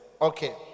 Okay